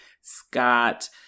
Scott